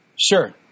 Sure